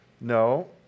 No